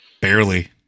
Barely